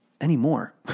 anymore